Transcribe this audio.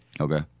Okay